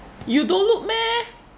you don't look meh